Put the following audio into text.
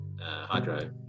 hydro